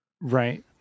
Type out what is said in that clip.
right